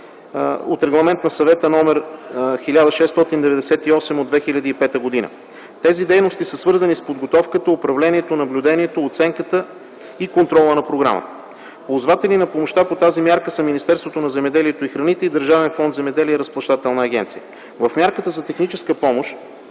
66 Регламент 1698/2005 г. на Съвета. Тези дейности са свързани с подготовката, управлението, наблюдението, оценката и контрола на програмата. Ползватели на помощта по тази мярка са Министерството на земеделието и храните, Държавен фонд „Земеделие” и Разплащателната агенция. В мярката за техническа помощ